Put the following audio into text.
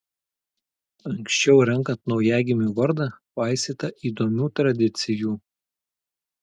anksčiau renkant naujagimiui vardą paisyta įdomių tradicijų